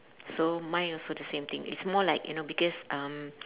so mine also the same thing it's more like you know because um